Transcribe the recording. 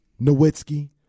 Nowitzki